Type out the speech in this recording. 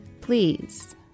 please